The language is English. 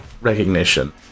recognition